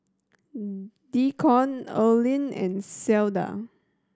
Deacon Earlean and Cleda